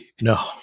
No